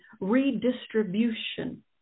redistribution